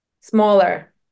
smaller